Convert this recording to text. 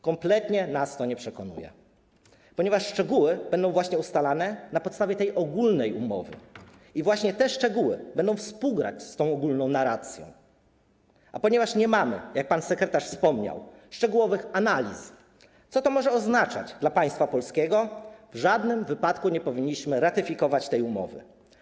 Kompletnie nas to nie przekonuje, ponieważ szczegóły będą właśnie ustalane na podstawie tej ogólnej umowy i właśnie te szczegóły będą współgrać z tą ogólną narracją, a ponieważ nie mamy, jak pan sekretarz stanu wspomniał, szczegółowych analiz, co to może oznaczać dla państwa polskiego, w żadnym wypadku nie powinniśmy ratyfikować tej umowy.